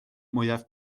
mwyaf